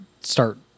start